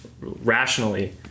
rationally